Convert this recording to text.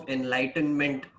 Enlightenment